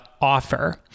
offer